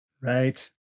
Right